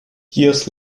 years